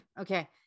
okay